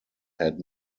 had